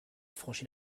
franchit